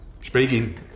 speaking